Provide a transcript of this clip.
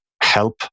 help